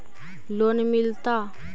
Loan मिलता?